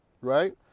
right